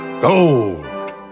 Gold